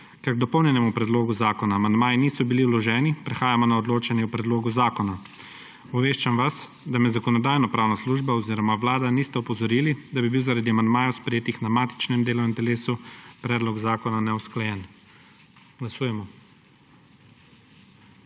k dopolnjenemu predlogu zakona amandmaji niso bili vloženi, prehajamo na odločanje o predlogu zakona. Obveščam vas, da me Zakonodajno-pravna služba oziroma vlada nista opozorili, da bi bili zaradi amandmajev, sprejetih na matičnem delovnem telesu, predlog zakona neusklajen. Glasujemo.